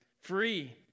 free